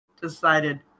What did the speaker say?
decided